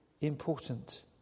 important